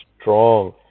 strong